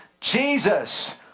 Jesus